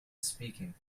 speaking